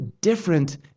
different